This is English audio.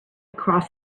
cross